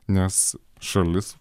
nes šalis